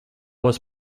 was